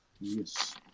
yes